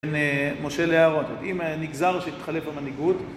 משה להראות, אם נגזר שיתחלף המנהיגות